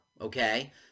okay